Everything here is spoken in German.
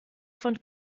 von